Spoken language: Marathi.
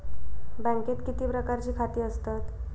बँकेत किती प्रकारची खाती असतत?